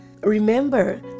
Remember